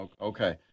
Okay